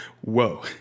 Whoa